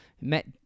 met